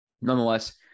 nonetheless